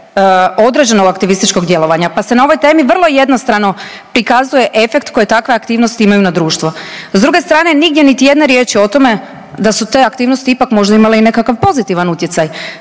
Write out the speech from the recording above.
određenog aktivističkog djelovanja, pa se na ovoj temi vrlo jednostrano prikazuje efekt koje takve aktivnosti imaju na društvo. S druge strane nigdje niti jedne riječi o tome da su te aktivnosti ipak možda imale i nekakav pozitivan utjecaj,